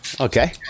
Okay